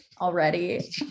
already